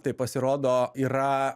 tai pasirodo yra